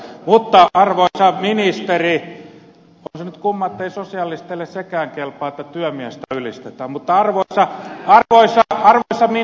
mutta arvoisa ministeri on se nyt kumma ettei sosialisteille sekään kelpaa että työmiestä ylistetään mutta arvoteta vaan loisi artesaanin